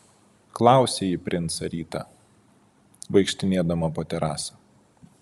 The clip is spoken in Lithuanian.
klausė ji princą rytą vaikštinėdama po terasą